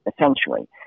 essentially